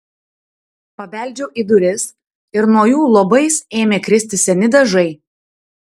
pabeldžiau į duris ir nuo jų luobais ėmė kristi seni dažai